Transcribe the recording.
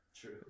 True